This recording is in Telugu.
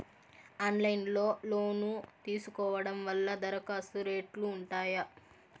ఆన్లైన్ లో లోను తీసుకోవడం వల్ల దరఖాస్తు రేట్లు ఉంటాయా?